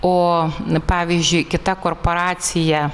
o pavyzdžiui kita korporacija